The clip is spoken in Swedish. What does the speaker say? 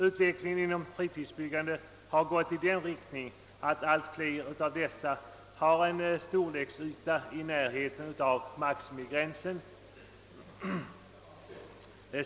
Utvecklingen inom fritidsbyggandet har gått i den riktningen att allt fler av fritidshusen har en yta i närheten av maximigränsen.